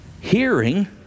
hearing